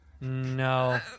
No